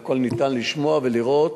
והכול ניתן לשמוע ולראות.